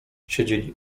siedzieli